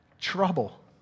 Trouble